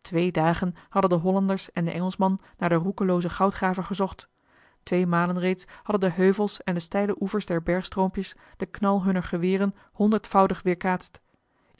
twee dagen hadden de hollanders en de engelschman naar den roekeloozen goudgraver gezocht twee malen reeds hadden de heuvels en de steile oevers der bergstroompjes den knal hunner geweren honderdvoudig weerkaatst